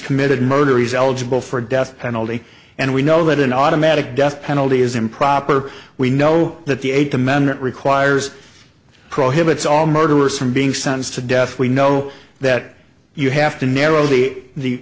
committed murder he's eligible for a death penalty and we know that an automatic death penalty is improper we know that the eighth amendment requires prohibits all murderers from being sentenced to death we know that you have to narrow the